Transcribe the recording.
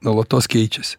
nuolatos keičiasi